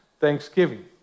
Thanksgiving